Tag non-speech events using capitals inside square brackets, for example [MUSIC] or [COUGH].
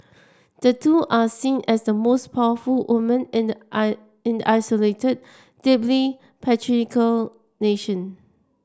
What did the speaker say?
the two are seen as the most powerful women in the [UNINTELLIGIBLE] isolated deeply patriarchal nation